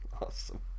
Awesome